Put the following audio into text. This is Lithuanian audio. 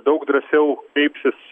daug drąsiau kreipsis